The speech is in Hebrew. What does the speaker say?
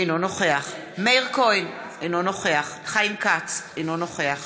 אינו נוכח מאיר כהן, אינו נוכח חיים כץ, אינו נוכח